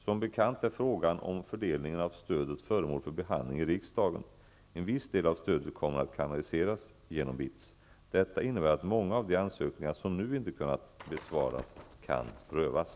Som bekant är frågan om fördelningen av stödet föremål för behandling i riksdagen. En viss del av stödet kommer att kanaliseras genom BITS. Detta innebär att många av de ansökningar som nu inte kunnat besvaras kan prövas.